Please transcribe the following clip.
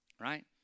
right